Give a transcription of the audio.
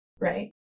right